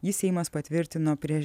jį seimas patvirtino prieš